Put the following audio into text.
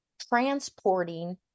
transporting